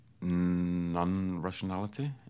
non-rationality